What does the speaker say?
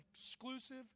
exclusive